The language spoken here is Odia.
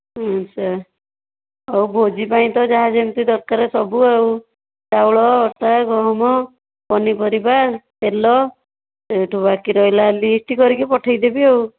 ଆଚ୍ଛା ଆଉ ଭୋଜି ପାଇଁ ତ ଯାହା ଯେମିତି ଦରକାର ସବୁ ଆଉ ଚାଉଳ ଅଟା ଗହମ ପନିପରିବା ତେଲ ସେଇଠୁ ବାକି ରହିଲା ଲିଷ୍ଟ୍ କରିକି ପଠାଇଦେବି ଆଉ